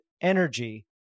energy